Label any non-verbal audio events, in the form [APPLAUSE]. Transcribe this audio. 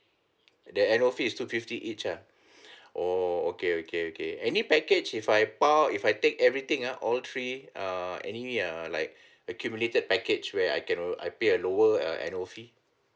the annual fees is two fifty each ah [BREATH] orh okay okay okay any package if I pile if I take everything ah all three err any uh like [BREATH] accumulated package where I can uh I pay a lower uh annual fee